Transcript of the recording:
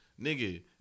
Nigga